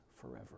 forever